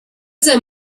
them